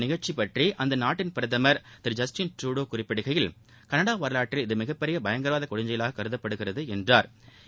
நிகழ்ச்சி பற்றி அந்த ்நாட்டின் பிரதம் திரு ஜஸ்டின் ட்ருடோ குறிப்பிடுகையில் கனடா இந்த வரலாற்றில் இது மிகப்பெரிய பயங்கரவாத கொடுஞ்செயவாக கருதப்படுகிறது என்றாா்